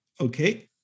okay